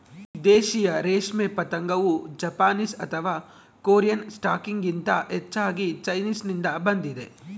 ದೇಶೀಯ ರೇಷ್ಮೆ ಪತಂಗವು ಜಪಾನೀಸ್ ಅಥವಾ ಕೊರಿಯನ್ ಸ್ಟಾಕ್ಗಿಂತ ಹೆಚ್ಚಾಗಿ ಚೈನೀಸ್ನಿಂದ ಬಂದಿದೆ